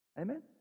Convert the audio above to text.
Amen